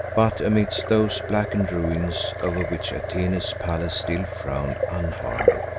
but amidst those blackened ruins over which atene's palace still frowned unharmed,